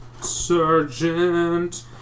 Sergeant